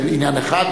זה עניין אחד,